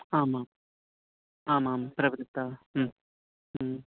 आमाम् आमां प्रवृत्ता